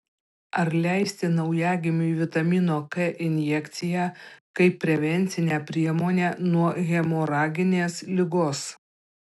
ar leisti naujagimiui vitamino k injekciją kaip prevencinę priemonę nuo hemoraginės ligos